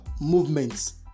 movements